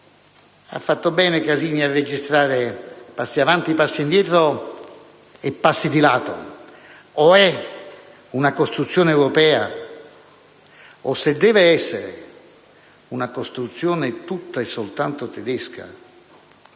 ha fatto bene a registrare, ha compiuto passi avanti, passi indietro e passi di lato. O è una costruzione europea o, se deve essere soltanto una costruzione tutta e soltanto tedesca,